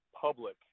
public